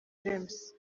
james